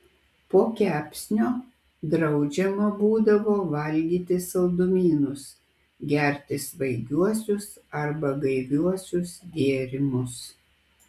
po kepsnio draudžiama būdavo valgyti saldumynus gerti svaigiuosius arba gaiviuosius gėrimus